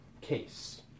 case